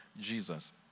Jesus